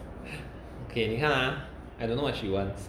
okay 你看啊 I don't know what she wants